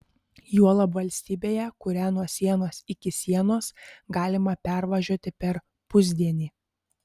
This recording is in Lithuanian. juolab valstybėje kurią nuo sienos iki sienos galima pervažiuoti per pusdienį